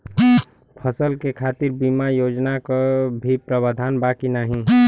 फसल के खातीर बिमा योजना क भी प्रवाधान बा की नाही?